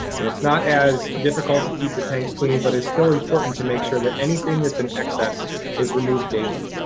and it's not as difficult to keep the tanks clean, but it's still important to make sure that anything that's in excess is removed daily.